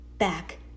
back